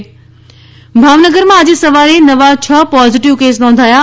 Bhavnagar corona ભાવનગરમાં આજે સવારે નવા છ પોઝીટીવ કેસ નોંધાયા છે